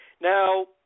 Now